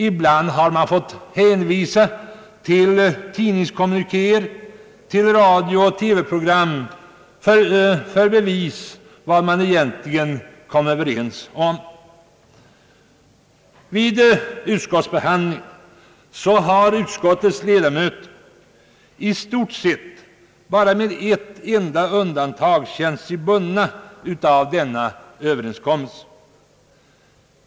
Ibland har man fått hänvisa till tidningskommunikéer, till radiooch TV-program för att få bevis på vad man egentligen kom överens om, Vid utskottsbehandlingen har utskottets ledamöter med ett enda undantag känt sig bundna av denna överenskommelse.